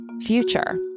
future